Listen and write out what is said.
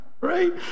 right